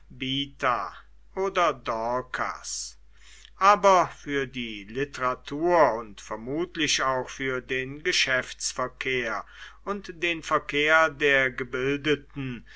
oder dorkas aber für die literatur und vermutlich auch für den geschäftsverkehr und den verkehr der gebildeten